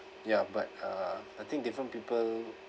ya but uh I think different people